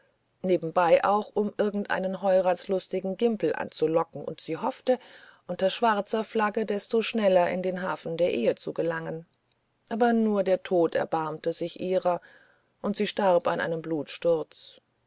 nebenbei auch um irgendeinen heuratslustigen gimpel anzulocken und sie hoffte unter schwarzer flagge desto schneller in den hafen der ehe zu gelangen aber nur der tod erbarmte sich ihrer und sie starb an einem